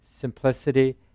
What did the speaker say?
simplicity